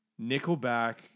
nickelback